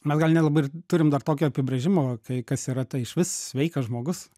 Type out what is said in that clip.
mes gal nelabai ir turim dar tokį apibrėžimą kai kas yra ta išvis sveikas žmogus